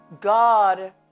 God